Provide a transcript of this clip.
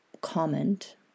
comment